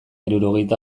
hirurogeita